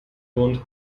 wohnt